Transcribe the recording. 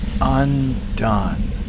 undone